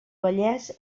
vallès